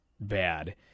Bad